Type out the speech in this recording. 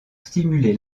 stimuler